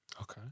Okay